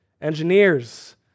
engineers